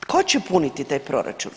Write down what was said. Tko će puniti taj proračun?